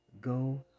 Go